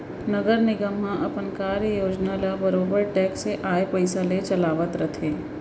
नगर निगम ह अपन कार्य योजना ल बरोबर टेक्स के आय पइसा ले चलावत रथे